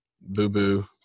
boo-boo